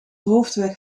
hoofdweg